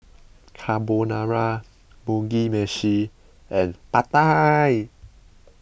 Carbonara Mugi Meshi and Pad Thai